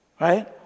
right